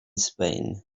spain